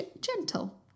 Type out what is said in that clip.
gentle